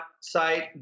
site